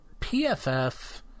PFF